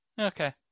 okay